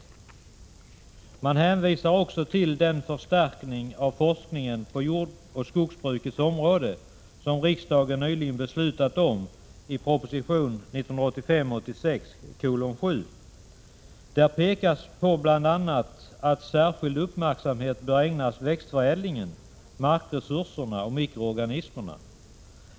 Utskottet hänvisar också till den förstärkning av forskningen på jordoch skogsbrukets område som riksdagen nyligen beslutade om på grundval av proposition 1985/86:74. Där pekas bl.a. på att särskild uppmärksamhet bör ägnas växtförädlingen, markresurserna och mikroorganismerna.